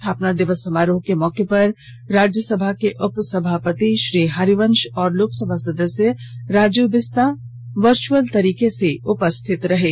स्थापना दिवस समारोह के मौके पर राज्यसभा के उपसभापति श्री हरिवंश और लोकसभा सदस्य राजू बिस्ता वर्चुअल तरीके से उपस्थित थे